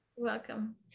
Welcome